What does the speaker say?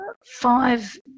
five